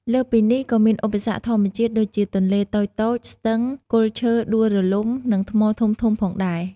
លើសពីនេះក៏មានឧបសគ្គធម្មជាតិដូចជាទន្លេតូចៗ ស្ទឹង គល់ឈើដួលរលំ និងថ្មធំៗផងដែរ។